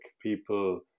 people